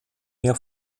mehr